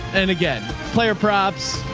and again, player props